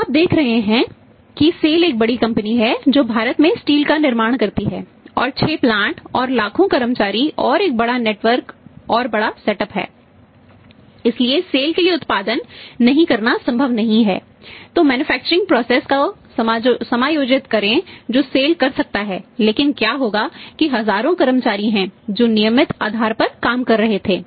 अब आप देख रहे हैं कि सेल कर सकता है लेकिन क्या होगा कि हजारों कर्मचारी हैं जो नियमित आधार पर काम कर रहे थे